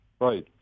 Right